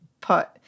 put